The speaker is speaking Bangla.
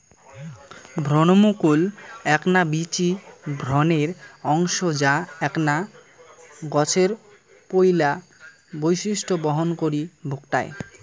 ভ্রুণমুকুল এ্যাকনা বীচি ভ্রূণের অংশ যা এ্যাকনা গছের পৈলা বৈশিষ্ট্য বহন করি ভুকটায়